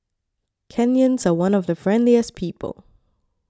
Kenyans are one of the friendliest people